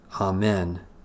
Amen